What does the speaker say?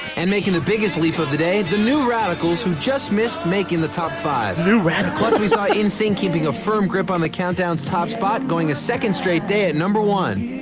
and making the biggest leap of the day, the new radicals who just missed making the top five point new radicals plus, we saw nsync keeping a firm grip on the countdown's top spot, going a second straight day at no. one.